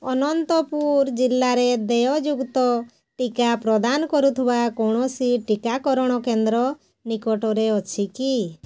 ଅନନ୍ତପୁର ଜିଲ୍ଲାରେ ଦେୟଯୁକ୍ତ ଟିକା ପ୍ରଦାନ କରୁଥୁବା କୌଣସି ଟିକାକରଣ କେନ୍ଦ୍ର ନିକଟରେ ଅଛି କି